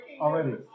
Already